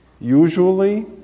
usually